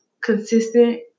consistent